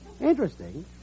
Interesting